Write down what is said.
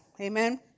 Amen